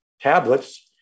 tablets